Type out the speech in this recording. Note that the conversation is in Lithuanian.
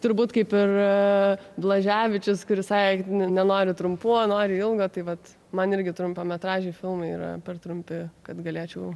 turbūt kaip ir blaževičius visai nenoriu trumpų o nori ilgo tai vat man irgi trumpametražiai filmai yra per trumpi kad galėčiau